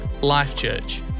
Life.Church